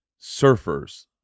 surfers